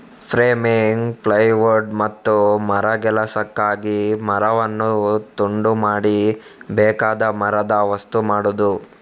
framing, plywood ಮತ್ತು ಮರಗೆಲಸಕ್ಕಾಗಿ ಮರವನ್ನು ತುಂಡು ಮಾಡಿ ಬೇಕಾದ ಮರದ ವಸ್ತು ಮಾಡುದು